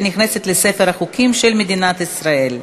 והחוק נכנס לספר החוקים של מדינת ישראל.